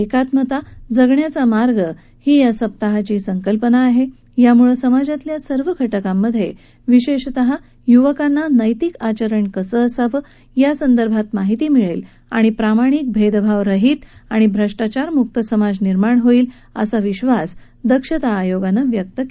एकात्मता जगण्याचा मार्ग ही या सप्ताहाची संकल्पना आहे यामुळे समाजातल्या सर्व घटकांमध्ये विशेषतः युवकांना नैतिक आचरण कसं असावं यासंदर्भात माहिती मिळेल आणि प्रामाणिक भेदभाव रहित आणि भ्रष्टाचारमुक्त समाज निर्माण होईल असा विश्वास दक्षता आयोगानं व्यक्त केला आहे